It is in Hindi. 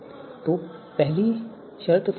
तो पहली शर्त संतुष्ट है